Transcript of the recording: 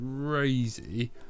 crazy